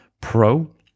Pro